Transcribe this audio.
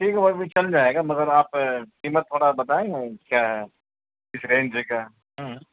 ٹھیک ہے وہ بھی چل جائے گا مگر آپ قیمت تھوڑا بتائیں گے کیا ہے کس رینج کا ہے ہوں